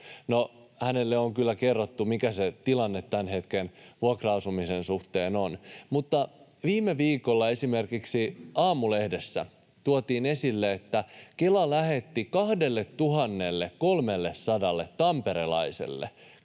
hänelle on kyllä kerrottu, mikä se tilanne tämän hetken vuokra-asumisen suhteen on — mutta viime viikolla esimerkiksi Aamulehdessä tuotiin esille, että Kela lähetti 2 300 tamperelaiselle